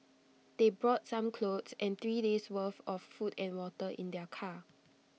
they brought some clothes and three days' worth of food and water in their car